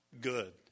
good